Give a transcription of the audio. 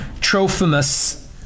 Trophimus